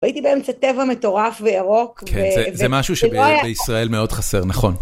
והייתי באמצע טבע מטורף ואירוק. כן, זה משהו שבישראל מאוד חסר, נכון.